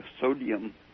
sodium